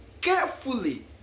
carefully